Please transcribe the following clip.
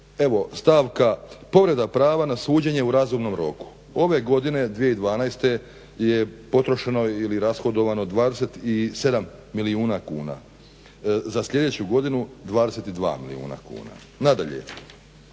stavka povreda prava na suđenje u razumnom roku. Ove godine 2012. je potrošeno ili rashodovano 27 milijuna kuna, za sljedeću godinu 22 milijuna kuna. Nadalje,